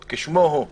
כשמו כן הוא,